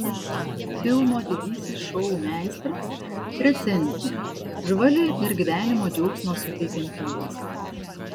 filmo didysis šou meistras recenzija žvali ir gyvenimo džiaugsmo suteikianti juosta